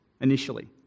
initially